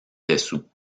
dessous